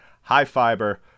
high-fiber